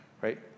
right